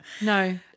No